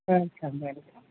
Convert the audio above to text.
welcome welcome